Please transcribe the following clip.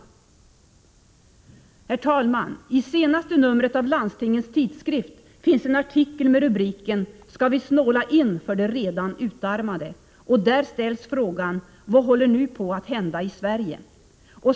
Herr talman! I senaste numret av Landstingens tidskrift finns en artikel med rubriken ”Ska vi snåla in för de redan utarmade?” Där ställs frågan: Vad håller nu på att hända i Sverige?